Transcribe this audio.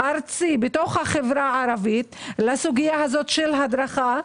ארצי בתוך החברה הערבית לסוגיה הזו של הדרכה,